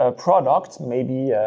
ah product, maybe